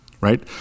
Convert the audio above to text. right